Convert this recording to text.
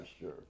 sure